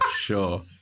sure